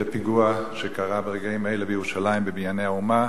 ברגעים אלה, לפיגוע בירושלים, ב"בנייני האומה".